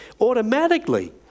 automatically